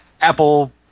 Apple